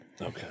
Okay